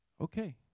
Okay